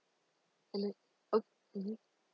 um uh mmhmm